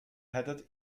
headed